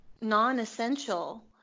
non-essential